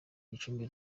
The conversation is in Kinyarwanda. gicumbi